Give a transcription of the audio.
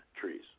trees